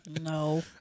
No